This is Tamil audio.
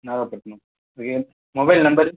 Nagapattinam mobile number